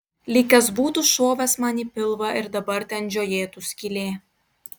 lyg kas būtų šovęs man į pilvą ir dabar ten žiojėtų skylė